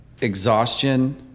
exhaustion